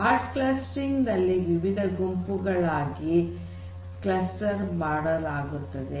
hard clustering ನಲ್ಲಿ ವಿವಿಧ ಗುಂಪುಗಳಾಗಿ ಕ್ಲಸ್ಟರ್ ಮಾಡಲಾಗುತ್ತದೆ